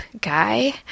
guy